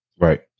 Right